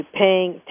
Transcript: paying